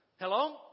Hello